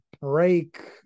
break